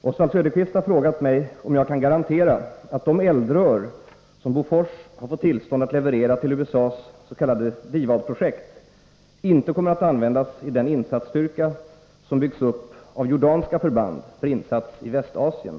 Fru talman! Oswald Söderqvist har frågat mig om jag kan garantera att de eldrör som Bofors har fått tillstånd att leverera till USA:s s.k. DIVAD Nr 37 projekt inte kommer att användas i den insatsstyrka som byggts upp av z Torsdagen den jordanska förband för insats i Västasien.